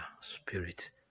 spirit